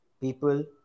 people